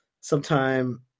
sometime